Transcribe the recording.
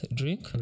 drink